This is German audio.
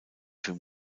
für